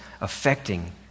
affecting